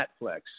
Netflix